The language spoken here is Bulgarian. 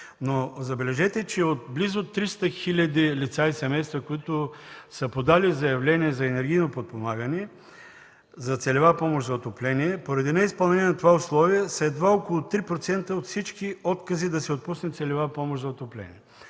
Забележете обаче, че от близо 300 хил. лица и семейства, подали заявления за енергийно подпомагане – за целева помощ за отопление, поради неизпълнение на това условие са едва около 3% от всички откази да се отпусне целева помощ за отопление.